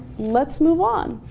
let's move on